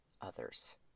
others